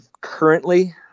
currently